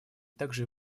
также